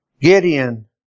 Gideon